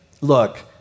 look